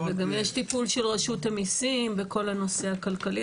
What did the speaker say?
וגם יש טיפול של רשות המיסים בכל הנושא הכלכלי,